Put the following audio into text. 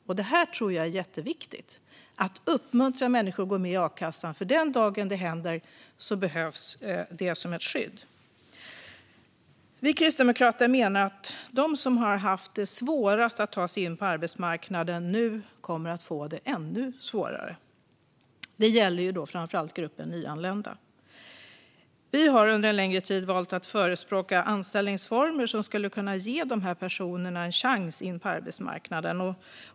Jag tror att det är jätteviktigt att uppmuntra människor att gå med i a-kassan, för den dagen det händer något behövs det som ett skydd. Vi kristdemokrater menar att de som haft svårast att ta sig in på arbetsmarknaden nu kommer att få det ännu svårare. Det gäller framför allt gruppen nyanlända. Vi har under en längre tid valt att förespråka anställningsformer som skulle kunna ge dessa personer en chans att ta sig in på arbetsmarknaden.